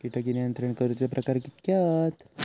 कीटक नियंत्रण करूचे प्रकार कितके हत?